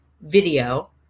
video